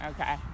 okay